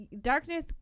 darkness